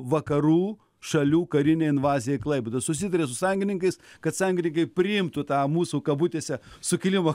vakarų šalių karinę invaziją į klaipėdą susitarė su sąjungininkais kad sąjungininkai priimtų tą mūsų kabutėse sukilimą